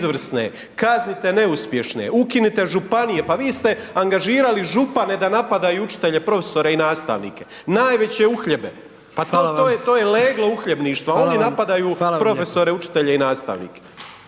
kaznite neuspješne, ukinite županije, pa vi ste angažirali župane da napadaju učitelje, profesore i nastavnike. Najveće uhljebe. Pa to, to je leglo .../Upadica predsjednik: